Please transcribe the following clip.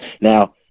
Now